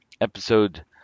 episode